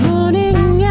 Morning